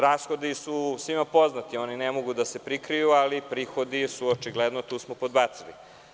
Rashodi su svima poznati, oni ne mogu da se prikriju, ali kod prihoda smo očigledno podbacili.